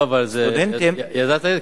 סטודנטים, לא, אבל ידעת?